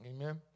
Amen